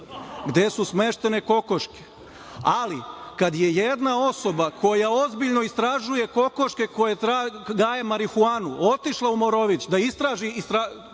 gde su smeštene kokoške, ali kada je jedna osoba koja ozbiljno istražuje kokoške koje daju marihuanu, otišla u Morović da istraži